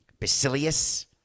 Basilius